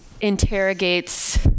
interrogates